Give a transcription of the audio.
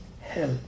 hell